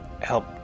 help